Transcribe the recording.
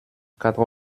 quatre